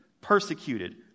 persecuted